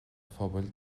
phobail